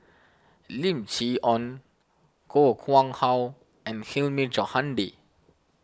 Lim Chee Onn Koh Nguang How and Hilmi Johandi